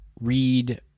read